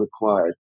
required